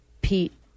pete